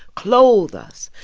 clothe us,